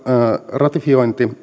ratifiointi